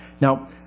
Now